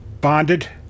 Bonded